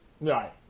Right